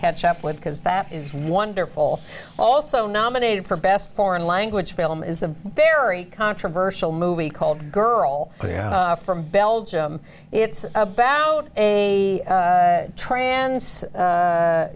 catch up with because that is wonderful also nominated for best foreign language film is a very controversial movie called girl from belgium it's about a trans